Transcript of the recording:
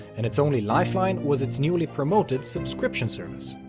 and its only lifeline was its newly promoted subscription service.